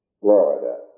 Florida